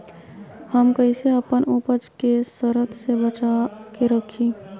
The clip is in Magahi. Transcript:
हम कईसे अपना उपज के सरद से बचा के रखी?